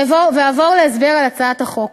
ואעבור להסבר של הצעת החוק.